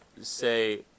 say